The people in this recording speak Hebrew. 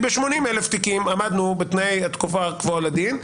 "ב-80,000 תיקים עמדנו בתנאי התקופה הקבועה בדין",